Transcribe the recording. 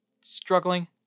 struggling